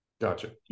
gotcha